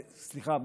סליחה,